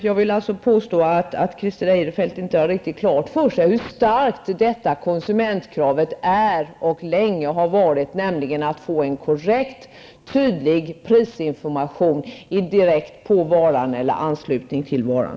Jag vill påstå att Christer Eirefelt inte har klart för sig hur starkt detta konsumentkrav är och länge har varit. Det gäller kravet på att få en korrekt och tydlig prisinformation direkt på varan eller i anslutning till varan.